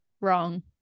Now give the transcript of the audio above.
wrong